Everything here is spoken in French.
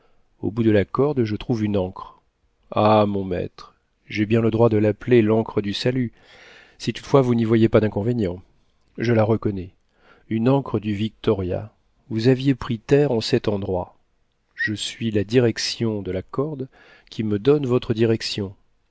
au bout de la corde je trouve une ancre ah mon maître j'ai bien le droit de l'appeler l'ancre du salut si toutefois vous n'y voyez pas d'inconvénient je la reconnais une ancre du victoria vous aviez pris terre en cet endroit je suis la direction de la corde qui me donne votre direction